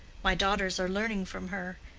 my daughters are learning from her,